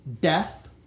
Death